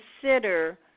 consider